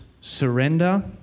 surrender